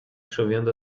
chovendo